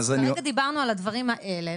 כרגע דיברנו על הדברים האלה,